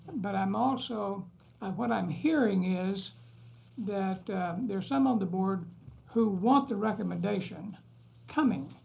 but i'm also what i'm hearing is that there's some on the board who want the recommendation coming.